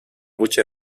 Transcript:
voce